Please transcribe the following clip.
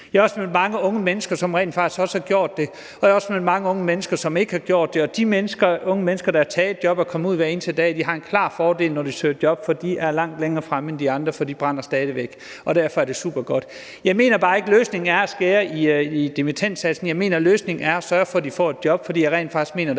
Jeg har også mødt mange unge mennesker, som rent faktisk også har gjort det, og jeg har også mødt mange unge mennesker, som ikke har gjort det, og de unge mennesker, der har taget et job og er kommet ud hver eneste dag, har en klar fordel, når de søger job, for de er langt længere fremme end de andre – de brænder stadig væk. Derfor er det supergodt. Jeg mener bare ikke, at løsningen er at skære i dimittendsatsen. Jeg mener, løsningen er at sørge for, at de får et job, for jeg mener rent faktisk, der